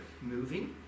moving